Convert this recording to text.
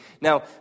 Now